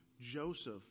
Joseph